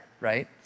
right